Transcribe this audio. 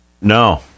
No